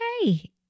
okay